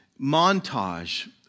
montage